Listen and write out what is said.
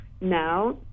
now